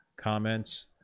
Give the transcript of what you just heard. comments